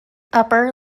upper